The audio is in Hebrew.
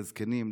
לזקנים,